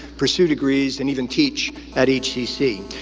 pursue degrees, and even teach at hcc.